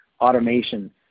automation